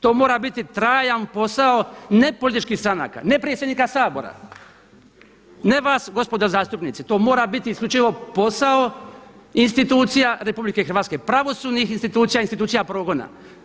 To mora biti trajan posao ne političkih stranaka, ne predsjednika Sabora, ne vas gospodo zastupnici, to mora biti isključivo posao institucija RH, pravosudnih institucija i institucija progna.